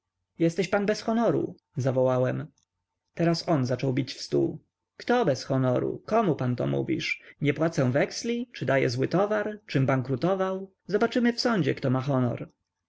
jesteś pan bez honoru zawołałem teraz on zaczął bić w stół kto bez honoru komu pan to mówisz nie płacę weksli czy daję zły towar czym bankrutował zobaczymy w sądzie kto ma honor